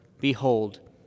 Behold